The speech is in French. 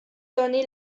donner